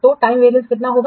तो time variance कितना होगा